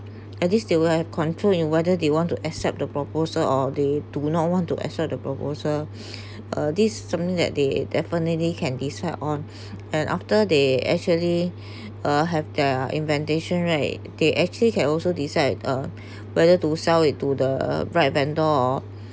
at least they will have control in whether they want to accept the proposal or they do not want to accept the proposal uh this something that they definitely can decide on and after they actually uh have their invitation right they actually can also decide uh whether to sell it to the right vendor or